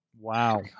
Wow